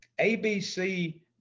ABC